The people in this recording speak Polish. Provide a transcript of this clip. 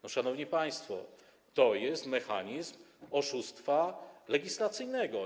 No, szanowni państwo, to jest mechanizm oszustwa legislacyjnego.